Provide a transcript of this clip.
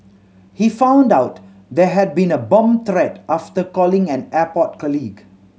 he found out there had been a bomb threat after calling an airport colleague